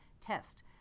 test